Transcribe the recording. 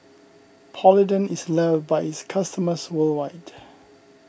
Polident is loved by its customers worldwide